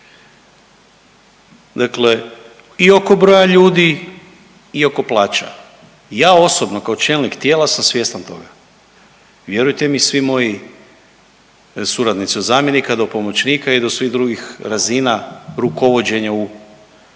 Dakle, i oko broja ljudi i oko plaća. I ja osobno kao čelnik tijela sam svjestan toga. Vjerujte mi svi moji suradnici od zamjenika do pomoćnika i do svih drugih razina rukovođenja u sustavu